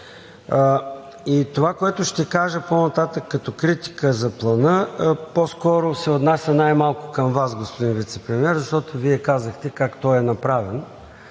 Това, което ще кажа по-нататък като критика за Плана, по-скоро се отнася най-малко към Вас, господин Вицепремиер, защото Вие казахте как той е направен.